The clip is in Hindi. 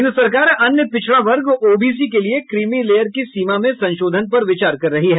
केन्द्र सरकार अन्य पिछड़ा वर्ग ओबीसी के लिए क्रीमी लेयर की सीमा में संशोधन पर विचार कर रही है